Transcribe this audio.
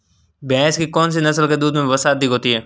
भैंस की कौनसी नस्ल के दूध में वसा अधिक होती है?